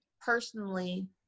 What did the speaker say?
personally